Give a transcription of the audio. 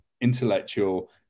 intellectual